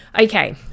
Okay